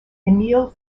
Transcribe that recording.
emile